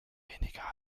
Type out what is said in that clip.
weniger